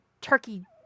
turkey